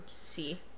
see